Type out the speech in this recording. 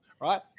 right